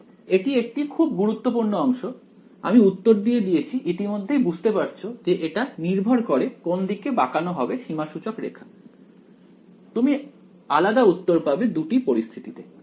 তাই এটি একটি খুব গুরুত্বপূর্ণ অংশ আমি উত্তর দিয়ে দিয়েছি ইতিমধ্যেই বুঝতে পারছো যে এটা নির্ভর করে কোন দিকে বাঁকানো হবে সীমা সূচকরেখা তুমি আলাদা উত্তর পাবে দুটি পরিস্থিতিতে